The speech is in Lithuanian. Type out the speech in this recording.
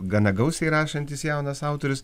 gana gausiai rašantis jaunas autorius